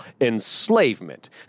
enslavement